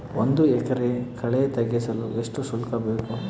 ಒಂದು ಎಕರೆ ಕಳೆ ತೆಗೆಸಲು ಎಷ್ಟು ಶುಲ್ಕ ಬೇಕು?